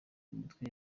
mitwe